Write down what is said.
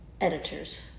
editors